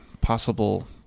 Possible